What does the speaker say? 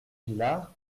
villard